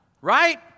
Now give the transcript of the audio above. right